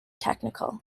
technical